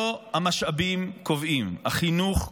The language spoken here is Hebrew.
לא המשאבים קובעים, החינוך קובע,